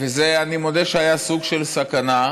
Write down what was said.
ואני מודה שזה היה סוג של סכנה,